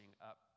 up